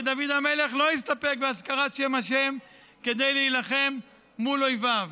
ודוד המלך לא הסתפק בהזכרת שם ה' כדי להילחם מול אויביו.